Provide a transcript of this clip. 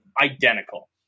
identical